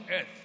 earth